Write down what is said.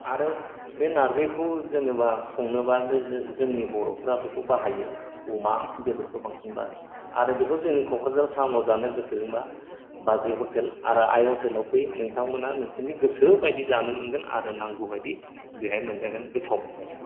आरो बे नारजिखौ जेन'बा संनोबा जोंनि बर'फ्रा बेखौ बाहायो अमा बेदरखौ बांसिन बाहायो आरो बेखौ जोंनि क'क्राझार टाउनाव जानो गोसो दंब्ला बाजै हटेल आरो आइ हटेलाव फै नोंथांमोना नोंसिनि गोसोबायदि जानो मोनगोन आरो नांगौबादि बेहाय मोनजागोन गोथाव मोनजागोन